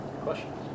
Questions